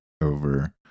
over